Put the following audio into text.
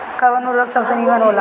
कवन उर्वरक सबसे नीमन होला?